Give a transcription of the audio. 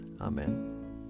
Amen